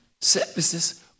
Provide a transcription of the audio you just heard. services